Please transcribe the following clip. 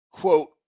quote